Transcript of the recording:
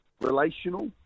relational